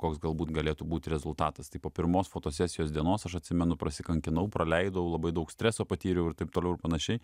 koks galbūt galėtų būt rezultatas tai po pirmos fotosesijos dienos aš atsimenu prasikankinau praleidau labai daug streso patyriau ir taip toliau ir panašiai